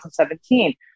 2017